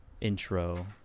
intro